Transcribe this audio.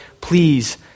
please